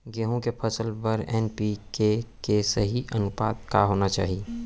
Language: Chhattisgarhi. गेहूँ के फसल बर एन.पी.के के सही अनुपात का होना चाही?